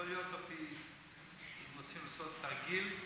יכול להיות שהם רוצים לעשות "תרגיל"